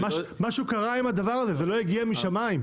משהו קרה עם הדבר הזה והוא לא הגיע מהשמים.